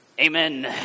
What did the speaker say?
Amen